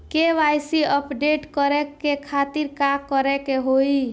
KYC update करे के खातिर का करे के होई?